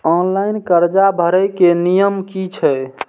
Online कर्जा भरे के नियम की छे?